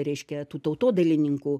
reiškia tų tautodailininkų